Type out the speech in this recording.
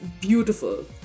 beautiful